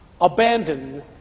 abandon